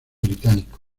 británico